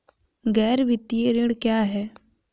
गैर वित्तीय ऋण क्या है?